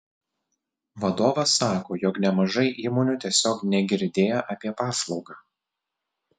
vadovas sako jog nemažai įmonių tiesiog negirdėję apie paslaugą